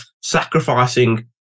sacrificing